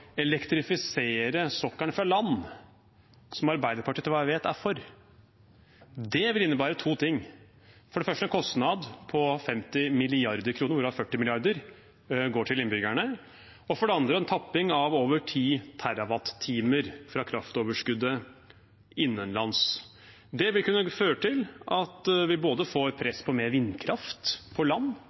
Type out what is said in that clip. elektrifisere sokkelen fra land, som Arbeiderpartiet, etter hva jeg vet, er for, vil innebære to ting – for det første en kostnad på 50 mrd. kr, hvorav 40 mrd. kr går til innbyggerne, og for det andre en tapping av over 10 TWh fra kraftoverskuddet innenlands. Det vil kunne føre til at vi får press på mer vindkraft på land,